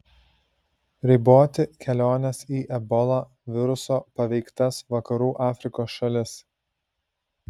riboti keliones į ebola viruso paveiktas vakarų afrikos šalis